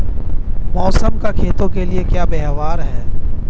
मौसम का खेतों के लिये क्या व्यवहार है?